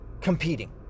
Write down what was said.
competing